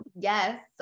Yes